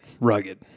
rugged